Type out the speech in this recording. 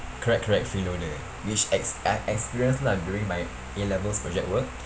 correct correct free loader which ex~ I experience lah during my A levels project work